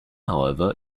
however